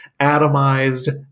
atomized